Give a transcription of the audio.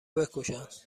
بکشند